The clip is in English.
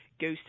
goes